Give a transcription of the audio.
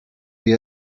the